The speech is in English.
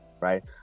right